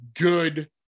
good